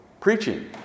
preaching